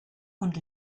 und